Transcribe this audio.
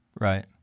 right